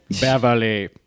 Beverly